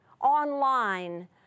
online